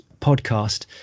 podcast